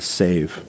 save